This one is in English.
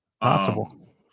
possible